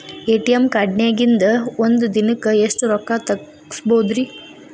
ATM ಕಾರ್ಡ್ನ್ಯಾಗಿನ್ದ್ ಒಂದ್ ದಿನಕ್ಕ್ ಎಷ್ಟ ರೊಕ್ಕಾ ತೆಗಸ್ಬೋದ್ರಿ?